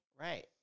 Right